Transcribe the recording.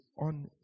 on